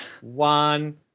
one